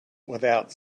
without